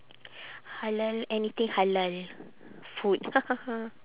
halal anything halal food